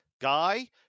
guy